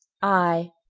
i.